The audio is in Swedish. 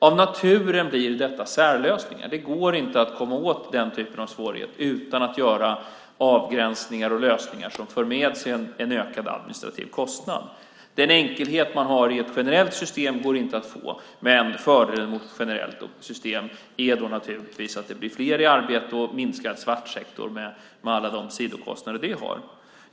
Av naturen blir detta särlösningar. Det går inte att komma åt den typen av svårighet utan att göra avgränsningar och lösningar som för med sig en ökad administrativ kostnad. Den enkelhet man har i ett generellt system går inte att få, men fördelen jämfört med ett generellt system är naturligtvis att det blir fler i arbete och minskad svartsektor med alla de sidokostnader detta har.